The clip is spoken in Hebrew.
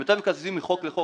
ממתי מקזזים מחוק לחוק?